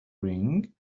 ring